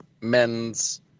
men's